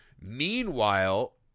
Meanwhile